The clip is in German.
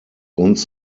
uns